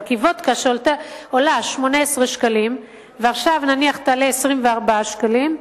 כי אם וודקה עולה 18 שקלים ועכשיו תעלה 24 שקלים,